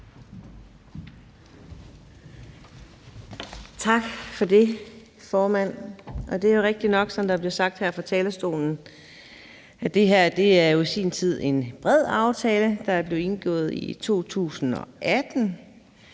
Tak for det, formand. Det er jo rigtigt nok, som der er blevet sagt her fra talerstolen, nemlig at det her jo sin tid var en bred aftale, der blev indgået i 2018.